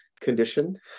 condition